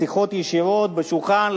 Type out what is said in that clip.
שיחות ישירות ליד השולחן,